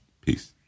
Peace